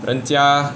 人家